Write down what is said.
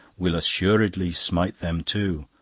will assuredly smite them too,